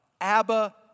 Abba